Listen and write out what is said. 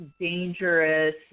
dangerous